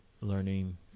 learning